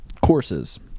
courses